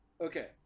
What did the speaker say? Okay